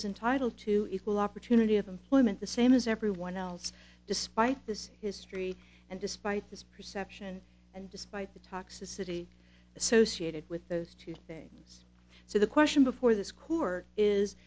is entitled to equal opportunity of employment the same as everyone else despite this history and despite this perception and despite the toxicity associated with those two things so the question before this core is